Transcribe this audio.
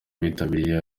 bitabiriye